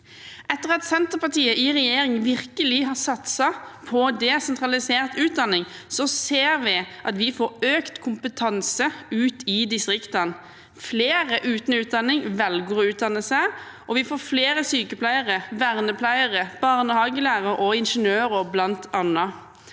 Etter at Senterpartiet i regjering virkelig har satset på desentralisert utdanning, ser vi at vi får økt kompetanse ute i distriktene. Flere uten utdanning velger å utdanne seg, og vi får flere sykepleiere, vernepleiere, barnehagelærere og ingeniører, bl.a.